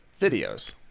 Videos